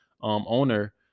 owner